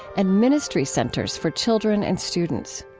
and ministry centers for children and students.